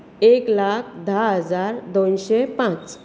एक लाख धा हजार दोनशें पांच